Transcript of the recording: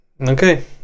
okay